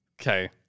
Okay